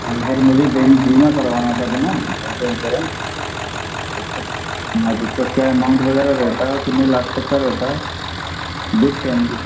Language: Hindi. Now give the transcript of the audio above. हाँ तो सर मुझे बे बीमा करवाना था अपना हेल्थ इंश्योरेंस हाँ तो सर क्या अमाउंट वग़ैरह रहता है और कितने लाख तक का रहता है विद फ़ैमली